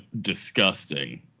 disgusting